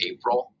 April